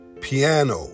piano